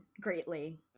greatly